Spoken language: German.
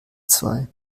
zwei